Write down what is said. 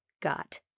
got